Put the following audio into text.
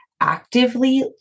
actively